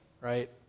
right